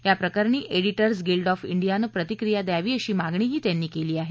याप्रकरणी editors guild of इंडियानं प्रतिक्रिया द्यावी अशी मागणीही त्यांनी केली आहे